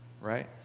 right